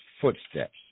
footsteps